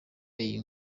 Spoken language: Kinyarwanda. iyi